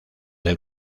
del